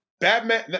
Batman